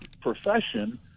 profession